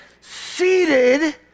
seated